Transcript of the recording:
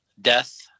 death